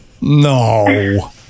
No